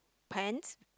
pants